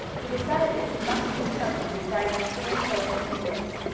he decided that he must do something besides stand there in the woods.